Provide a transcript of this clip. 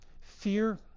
fear